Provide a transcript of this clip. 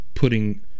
putting